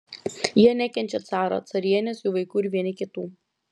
jie nekenčia caro carienės jų vaikų ir vieni kitų